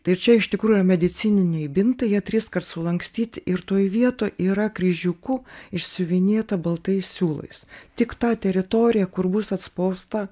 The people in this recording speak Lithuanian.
tai čia ir iš tikrųjų yra medicininiai bintai jie trys kart sulankstyti ir toj vietoj yra kryžiuku iš siuvinėta baltais siūlais tik ta teritorija kur bus atspausta